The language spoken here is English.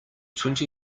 twenty